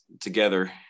together